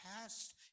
past